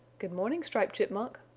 good morning, striped chipmunk,